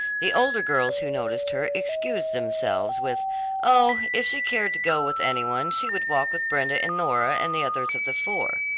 the older girls who noticed her excused themselves with oh, if she cared to go with any one she would walk with brenda and nora and the others of the four,